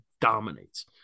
dominates